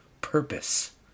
purpose